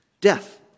Death